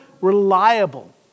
reliable